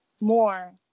more